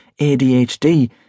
ADHD